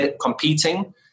competing